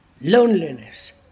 loneliness